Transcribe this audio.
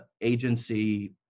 agency